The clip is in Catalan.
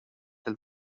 del